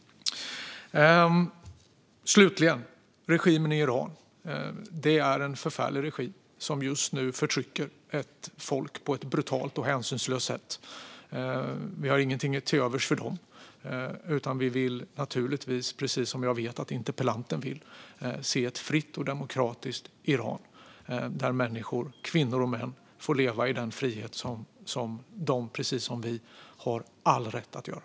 Slutligen: Regimen i Iran är en förfärlig regim som just nu förtrycker ett folk på ett brutalt och hänsynslöst sätt. Vi har inget till övers för dem, utan vi vill naturligtvis - precis som jag vet att interpellanten vill - se ett fritt och demokratiskt Iran där människor, kvinnor och män, får leva sina liv i frihet, vilket de precis som vi har all rätt att göra.